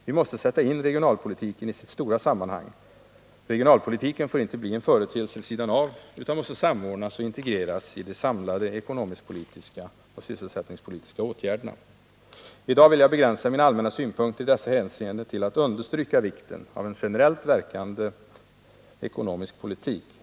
Vi måste sätta in regionalpolitiken i dess stora sammanhang. Regionalpolitiken får inte bli en företeelse vid sidan av, utan måste samordnas och integreras i de samlade ekonomisk-politiska och sysselsättningspolitiska åtgärderna. I dag vill jag begränsa mina allmänna synpunkter i dessa hänseenden till att understryka vikten av en generellt verkande ekonomisk politik.